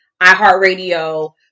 iHeartRadio